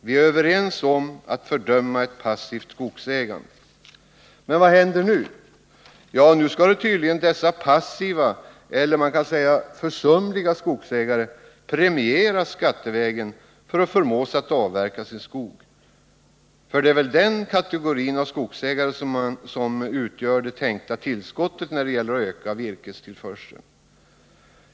Vi är överens om att fördöma ett passivt skogsägande.” Men vad händer nu? Nu skall tydligen dessa passiva eller, som man kan säga, försumliga skogsägare premieras skattevägen för att förmås att avverka sin skog. Det är väl den kategorin av skogsägare som utgör det tänkta tillskottet när det gäller att öka virkestillförseln.